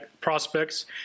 prospects